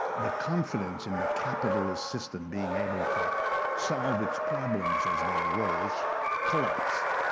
the confidence in the capitalist system being able to solve its problems as they arose collapsed.